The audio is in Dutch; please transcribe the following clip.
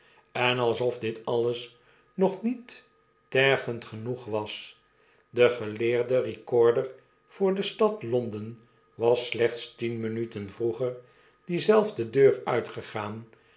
en alsof dit alles nog niet tergend genoeg was de geleerde recorder voor de stad londen was slechts tien minuten vrqeger diezelfde deur uitgegaan